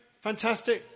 Fantastic